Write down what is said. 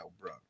bro